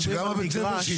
זאת אחת מהסיבות,